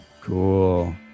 Cool